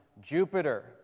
Jupiter